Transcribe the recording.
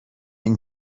این